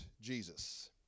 Jesus